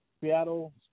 Seattle